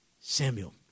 Samuel